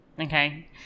Okay